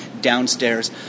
downstairs